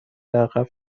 عقب